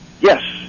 Yes